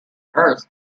earth